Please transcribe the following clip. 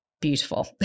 beautiful